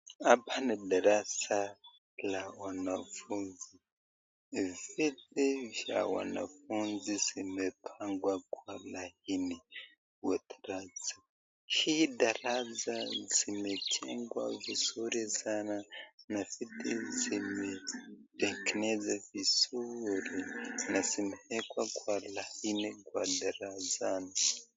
Hapa ni darasa la wanafunzi, ni viti vya wanafunzi zimepangwa kwa laini kwa darasa, hii darasa zimejengwa vizuri sana na viti zimetengenezwa vizuri na zimewekwa kwa laini kwa darasani.